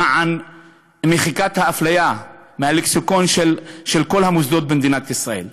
למען מחיקת האפליה מהלקסיקון של כל המוסדות במדינת ישראל.